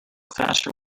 faster